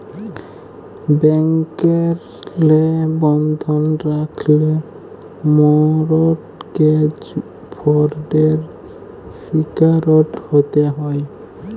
ব্যাংকেরলে বন্ধক রাখল্যে মরটগেজ ফরডের শিকারট হ্যতে হ্যয়